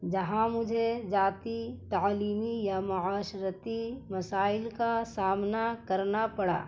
جہاں مجھے ذاتی تعلیمی یا معاشرتی مسائل کا سامنا کرنا پڑا